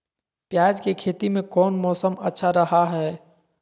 प्याज के खेती में कौन मौसम अच्छा रहा हय?